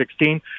2016